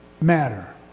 matter